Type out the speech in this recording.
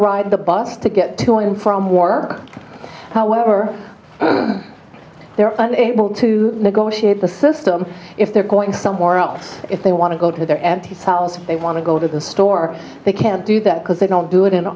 the bus to get to and from work however there are able to negotiate the system if they're going somewhere else if they want to go to their and his pals they want to go to the store they can't do that because they don't do it in